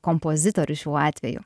kompozitorius šiuo atveju